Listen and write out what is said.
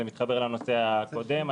זה מתחבר לנושא הקודם.